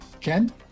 Ken